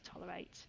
tolerate